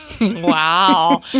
Wow